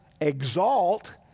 exalt